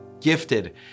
gifted